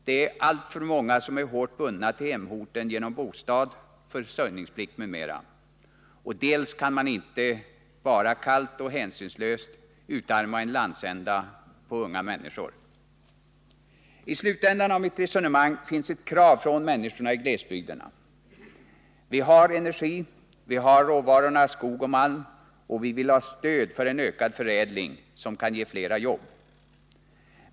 Dels är många hårt bundna till hemorten genom bostad, försörjningsplikt m.m., dels kan man inte bara kallt och hänsynslöst utarma en landsända på unga människor. I slutändan av mitt resonemang finns ett krav från människorna i glesbygderna: Vi har energi, vi har råvarorna skog och malm och vi vill ha stöd för en ökad förädling, som kan ge fler jobb.